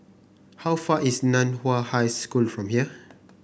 how far is Nan Hua High School from here